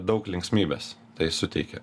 daug linksmybės tai suteikė